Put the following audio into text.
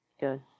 Good